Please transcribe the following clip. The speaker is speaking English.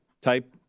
type